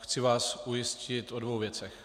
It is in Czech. Chci vás ujistit o dvou věcech.